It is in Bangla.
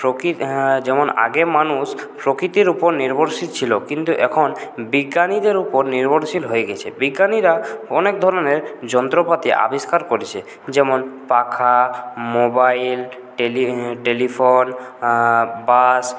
যেমন আগে মানুষ প্রকৃতির উপর নির্ভরশীল ছিল কিন্তু এখন বিজ্ঞানীদের উপর নির্ভরশীল হয়ে গিয়েছে বিজ্ঞানীরা অনেক ধরনের যন্ত্রপাতি আবিষ্কার করছে যেমন পাখা মোবাইল টেলিফোন বাস